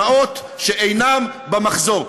במעות שאינן במחזור.